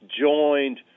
joined